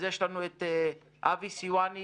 אז יש לנו את אבישי סיוון מאהו"ב,